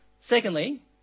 Secondly